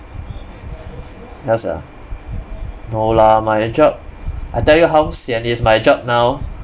ya sia no lah my job I tell you how sian is my job now